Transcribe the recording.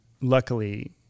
luckily